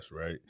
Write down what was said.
Right